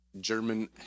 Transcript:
German